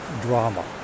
drama